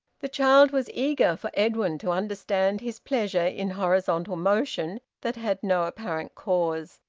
the child was eager for edwin to understand his pleasure in horizontal motion that had no apparent cause,